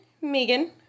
Megan